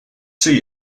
see